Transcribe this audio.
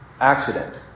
accident